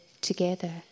together